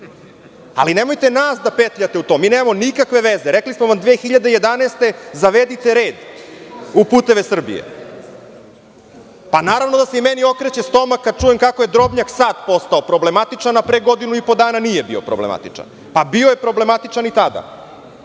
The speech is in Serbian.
raspravi. Nemojte nas da petljate u to. Mi nemamo nikakve veze. Rekli smo 2011. godine – zavedite red u "Puteve Srbije". Naravno da se i meni okreće stomak kada čujem kako je Drobnjak sada postao problematičan, a pre godinu i po dana nije bio problematičan. Bio je problematičan i tada,